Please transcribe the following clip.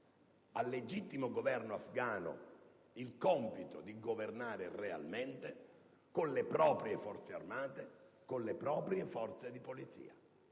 al legittimo Governo afgano il compito di governare realmente, con le proprie Forze armate, con le proprie forze di polizia.